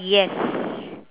yes